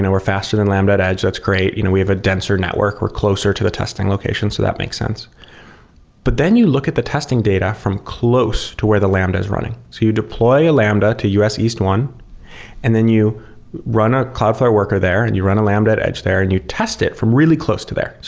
and we're faster than lambda at edge. that's great. you know we have a denser network. we're closer to the testing location. so that makes sense but then you look at the testing data from close to where the land is running. you deploy a lambda to us east one and then you run a cloudflare worker there and you run a lambda at edge there and you test it from really close to there.